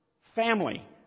family